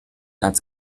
als